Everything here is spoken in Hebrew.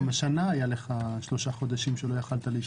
גם השנה היו שלושה חודשים שלא יכולת לממש.